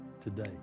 today